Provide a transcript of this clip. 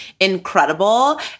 incredible